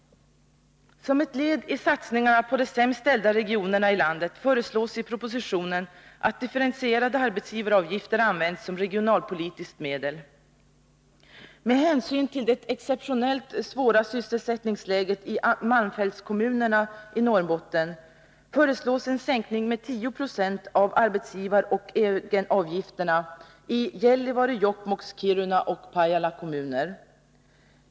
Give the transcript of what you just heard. Som ett led i satsningarna på de sämst ställda regionerna i landet föreslås i propositionen att differentierade arbetsgivaravgifter används som regionalpolitiskt medel. Med hänsyn till det exceptionellt svåra sysselsättningsläget i malmfältskommunerna i Norrbotten föreslås en sänkning med 10 96 av arbetsgivaroch egenavgifterna i Gällivare, Jokkmokks, Kiruna och Pajala kommuner.